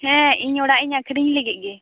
ᱦᱮᱸ ᱤᱧ ᱚᱲᱟᱜ ᱤᱧ ᱟᱹᱠᱷᱨᱤᱧ ᱞᱟᱹᱜᱤᱫ ᱜᱮ